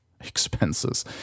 expenses